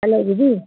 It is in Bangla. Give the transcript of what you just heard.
হ্যালো দিদি